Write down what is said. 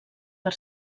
per